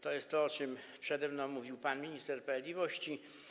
To jest to, o czym przede mną mówił pan minister sprawiedliwości.